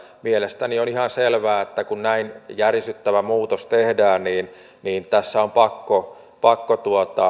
mielestäni on ihan selvää että kun näin järisyttävä muutos tehdään niin niin tässä on pakko pakko